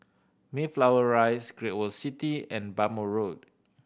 Mayflower Rise Great World City and Bhamo Road